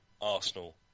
Arsenal